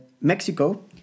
Mexico